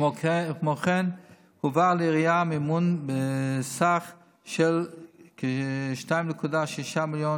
כמו כן הועבר לעירייה מימון בסך כ-2.6 מיליון